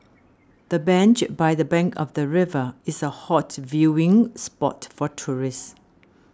the bench by the bank of the river is a hot viewing spot for tourist